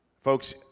Folks